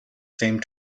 same